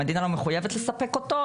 המדינה לא מחוייבת לספק אותו,